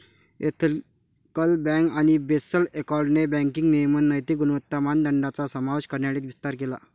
ethical bank आणि Basel एकॉर्डने banking नियमन नैतिक गुणवत्ता मानदंडांचा समावेश करण्यासाठी विस्तार केला